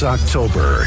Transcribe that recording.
October